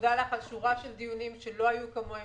תודה לך על שורה של דיונים שלא היו כמוהם